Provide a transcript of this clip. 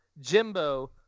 jimbo